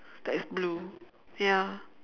that is blue ya